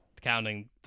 Counting